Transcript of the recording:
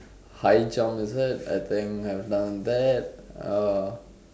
high jump isn't it I think I have done that uh